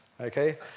Okay